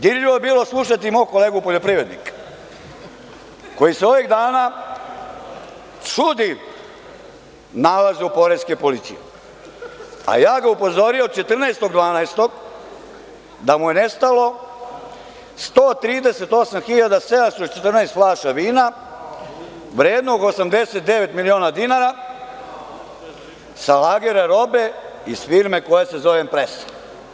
Dirljivo je bilo slušati mog kolegu poljoprivrednika koji se ovih dana čudi nalazu Poreske policije, a ja sam ga upozorio 14. decembra da mu je nestalo 138.714 flaša vina, vrednog 89 miliona dinara sa lagera robe iz firme koja se zove „Empres“